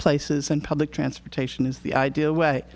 places and public transportation is the ideal way